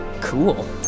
Cool